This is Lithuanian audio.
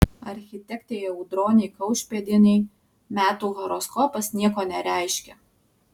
architektei audronei kaušpėdienei metų horoskopas nieko nereiškia